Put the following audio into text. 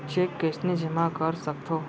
Cheque कईसने जेमा कर सकथो?